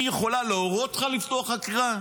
היא יכולה להורות לך לפתוח בחקירה?